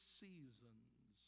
seasons